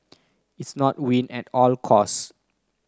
it's not win at all cost